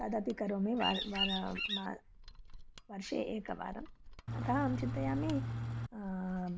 तदपि करोमि वा वर्षे एकवारम् अतः अहं चिन्तयामि